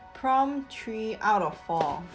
prompt three out of four